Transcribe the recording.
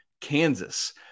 Kansas